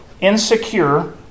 insecure